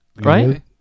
Right